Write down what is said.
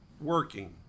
Working